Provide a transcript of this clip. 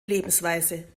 lebensweise